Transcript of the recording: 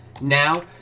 now